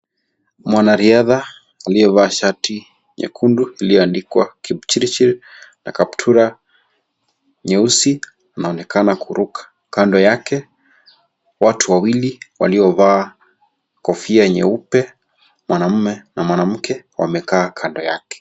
Mwanariadha aliyevaa shati nyekundu iliyoandikwa Kipchirchir na kaptura nyeusi. Anaonekana kuruka kando yake, watu wawili waliovaa kofia nyeupe mwanaume na mwanamke wamekaa kando yake.